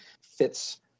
fits